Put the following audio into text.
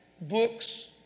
books